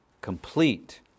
complete